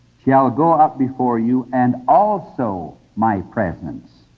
shall ah go up before you, and also my presence,